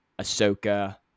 Ahsoka